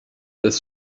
das